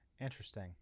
interesting